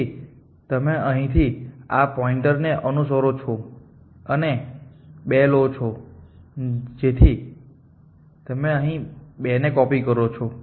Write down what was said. તેથી તમે અહીંથી આ પોઇન્ટરને અનુસરો છો અને 2 લો છો જેથી તમે અહીં 2 કોપી કરો છો